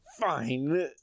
fine